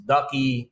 Ducky